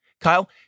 Kyle